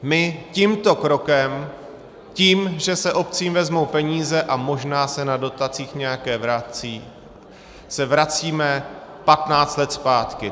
My tímto krokem, tím, že se obcím vezmou peníze a možná se na dotacích nějaké vrací, se vracíme patnáct let zpátky.